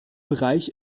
bereich